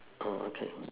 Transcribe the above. orh okay